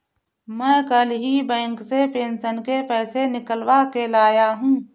मैं कल ही बैंक से पेंशन के पैसे निकलवा के लाया हूँ